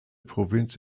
provinz